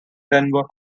denver